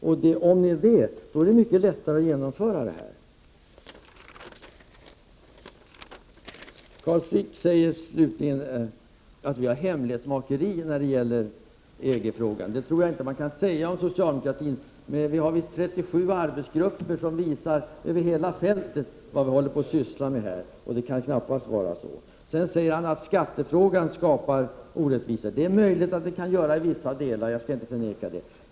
Om ni vore det, skulle det vara mycket lättare att genomföra detta. Carl Frick slutligen säger att vi ägnar oss åt hemlighetsmakeri i EG-frågan. Det tror jag inte alls man kan säga om socialdemokratin. Vi har visst 37 arbetsgrupper över hela fältet, som visar vad vi håller på att syssla med, så det kan knappast vara som han säger. Sedan säger han att skattefrågan skapar orättvisor. Det är möjligt att den kan göra det i vissa delar — det skall jag inte förneka.